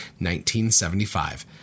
1975